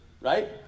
right